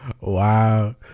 Wow